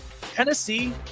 Tennessee